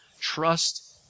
trust